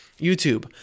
YouTube